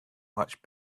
much